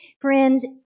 Friends